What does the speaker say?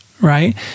right